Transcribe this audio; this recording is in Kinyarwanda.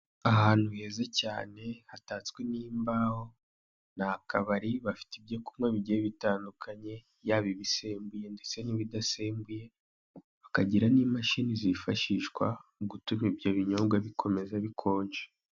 Aha hantu heza cyane hatatswe n'imbaho ni akabari bafite ibyo kunywa bigiye bitandukanye yaba ibisembuye ndetse n'ibidasembuye bakagira n'imashini zifashishwa mu gutuma ibyo binyobwa bikomeza bikonja.